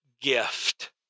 gift